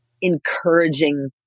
encouraging